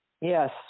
Yes